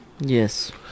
Yes